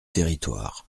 territoires